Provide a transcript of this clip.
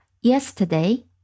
yesterday